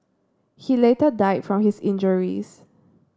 he later died from his injuries